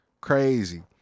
crazy